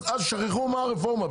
אז ישכחו מה הרפורמה.